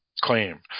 claim